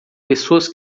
pessoas